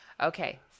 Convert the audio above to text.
Okay